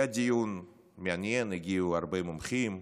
היה דיון מעניין, הגיעו הרבה מומחים,